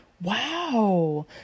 Wow